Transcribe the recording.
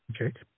okay